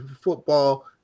football